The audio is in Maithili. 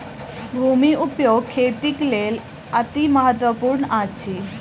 भूमि उपयोग खेतीक लेल अतिमहत्त्वपूर्ण अछि